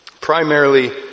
Primarily